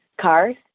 cars